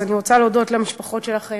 אז אני רוצה להודות למשפחות שלכם,